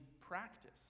practice